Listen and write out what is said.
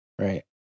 Right